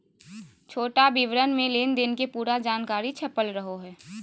छोटा विवरण मे लेनदेन के पूरा जानकारी छपल रहो हय